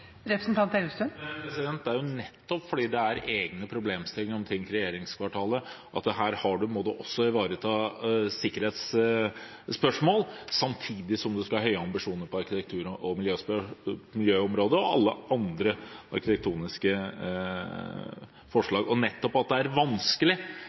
det er jo nettopp det at det er egne problemstillinger omkring regjeringskvartalet – det at man her også må ivareta sikkerhetsspørsmål samtidig som man skal ha høye ambisjoner på arkitektur- og miljøområdet og alle andre arkitektoniske